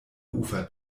ufer